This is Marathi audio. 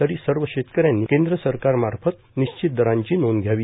तरी सर्व शेतकऱ्यांनी केंद्र सरकारमार्फत निश्चित दरांची नोंद घ्यावी